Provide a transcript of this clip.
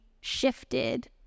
shifted